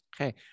Okay